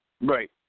Right